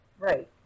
Right